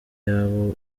yabo